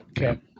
Okay